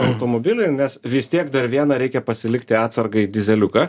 automobilį nes vis tiek dar vieną reikia pasilikti atsargai dyzeliuką